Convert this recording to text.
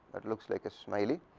that looks like a smiley,